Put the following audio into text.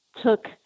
took